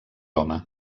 home